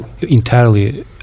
entirely